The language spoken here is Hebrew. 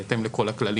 בהתאם לכל הכללים.